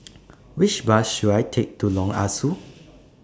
Which Bus should I Take to Lorong Ah Soo